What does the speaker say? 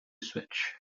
switch